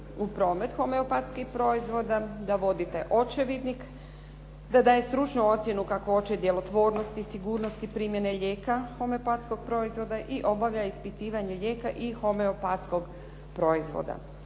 u promet homeopatskih proizvoda, da vodi taj očevidnik, da daje stručnu ocjenu kakvoće, djelotvornosti, sigurnosti primjene lijeka homeopatskog proizvoda i obavlja ispitivanje lijeka i homeopatskog proizvoda.